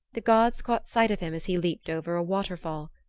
the gods caught sight of him as he leaped over a waterfall.